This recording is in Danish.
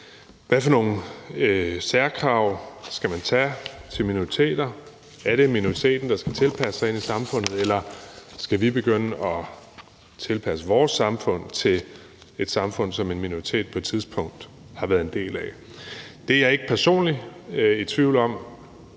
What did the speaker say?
Hvad for nogle særkrav skal man tage til minoriteter? Er det minoriteten, der skal tilpasse sig samfundet, eller skal vi begynde at tilpasse vores samfund til at være et samfund, som en minoritet på et tidspunkt har været en del af? Det er jeg personligt ikke i tvivl om.